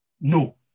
No